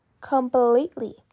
completely